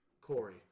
Corey